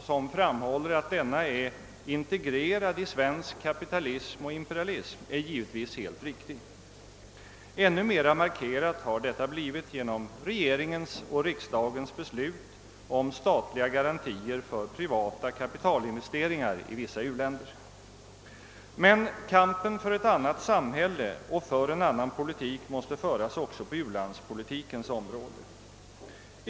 som framhåller att denna är integrerad i svensk kapitalism och imperialism är givetvis helt riktig. Ännu mera markerat har detta blivit genom regeringens och riksdagens beslut om statliga garantier för privata kapitalinvesteringar i vissa uländer. Men kampen för ett annat samhälle och för en annan politik måste föras också på u-landspolitikens område.